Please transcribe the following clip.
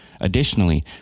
additionally